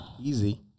easy